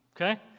Okay